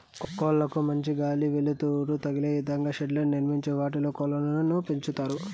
కోళ్ళ కు మంచి గాలి, వెలుతురు తదిలే ఇదంగా షెడ్లను నిర్మించి వాటిలో కోళ్ళను పెంచుతారు